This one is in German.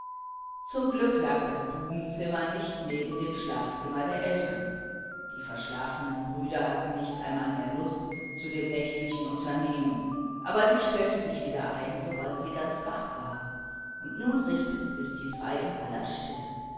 zum glück lag das bubenzimmer nicht neben dem schlafzimmer der eltern die verschlafenen brüder hatten nicht einmal mehr lust zu dem nächtlichen unternehmen aber die stellte sich wieder ein sobald sie ganz wach waren und nun richteten sich die drei in aller stille